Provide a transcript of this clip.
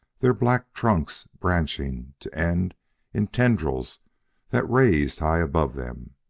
their black trunks branching to end in tendrils that raised high above them.